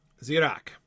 Zirak